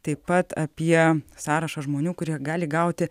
taip pat apie sąrašą žmonių kurie gali gauti